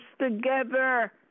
together